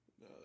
No